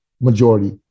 majority